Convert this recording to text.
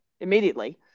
immediately